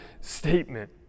statement